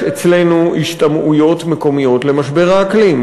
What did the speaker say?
יש אצלנו השתמעויות מקומיות של משבר האקלים,